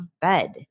bed